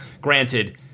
granted